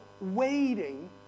waiting